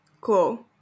Cool